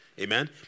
Amen